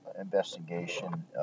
investigation